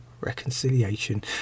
reconciliation